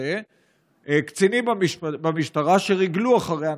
כנראה קצינים במשטרה שריגלו אחרי אנשים.